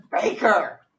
Baker